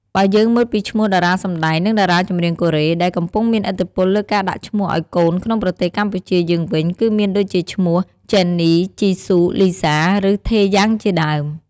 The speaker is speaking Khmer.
បើយើងមើលពីឈ្មោះតារាសម្ដែង និងតារាចម្រៀងកូរ៉េ ដែលកំពុងមានឥទ្ធិពលលើការដាក់ឈ្មោះឱ្យកូនក្នុងប្រទេសកម្ពុជាយើងវិញ គឺមានដូចជាឈ្មោះ ជេននី ជីស៊ូ លីហ្សា ឬ ថេយាំង ជាដើម។